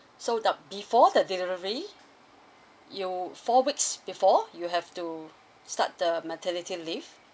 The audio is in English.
so the before the delivery you four weeks before you have to start the maternity leave